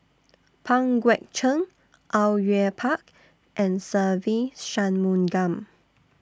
Pang Guek Cheng Au Yue Pak and Se Ve Shanmugam